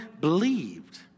believed